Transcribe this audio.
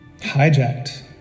hijacked